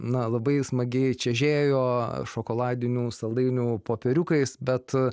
na labai smagiai čežėjo šokoladinių saldainių popieriukais bet